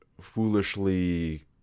foolishly